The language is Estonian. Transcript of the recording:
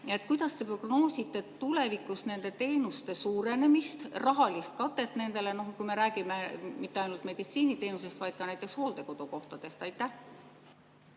Kuidas te prognoosite tulevikus nende teenuste suurenemist, rahalist katet nendele, kui me ei räägi mitte ainult meditsiiniteenusest, vaid ka näiteks hooldekodukohtadest? Aitäh!